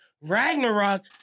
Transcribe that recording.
Ragnarok